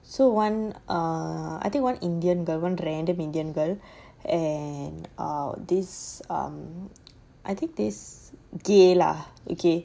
so one err I think one indian girl one random indian girl and err this um I think this gay okay